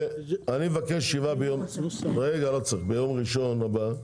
אני מבקש ישיבה ביום ראשון הבא.